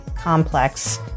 complex